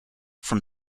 from